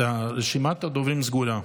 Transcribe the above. רשימת הדוברים סגורה.